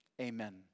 Amen